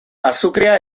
azukrea